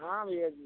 हाँ भैया जी